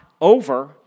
over